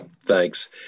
thanks